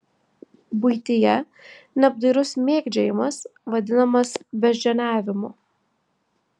buityje neapdairus mėgdžiojimas vadinamas beždžioniavimu